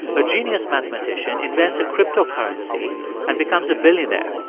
a genius mathematician invents a cryptocurrency and becomes a billionaire.